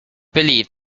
believe